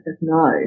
No